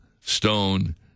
stone